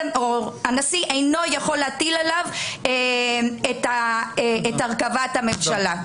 הנשיא אינו יכול להטיל עליו הרכבת הממשלה.